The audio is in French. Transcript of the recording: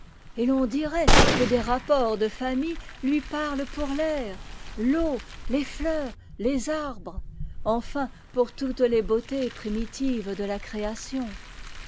et l'on dirait que des rapports de famille lui parlent pour l'air l'eau les fleurs les arbres encn pour toutes les beautés primitives de la création